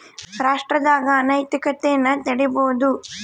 ರಾಷ್ಟ್ರದಾಗ ಅನೈತಿಕತೆನ ತಡೀಬೋದು